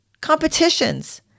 competitions